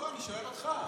לא, אני שואל אותך.